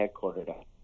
headquartered